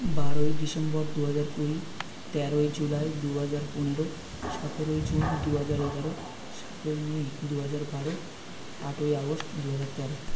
বারোই ডিসেম্বর দুহাজার কুড়ি তেরোই জুলাই দুহাজার পনেরো সতেরোই জুন দুহাজার এগারো সাতই মে দুহাজার বারো আটই আগস্ট দুহাজার তেরো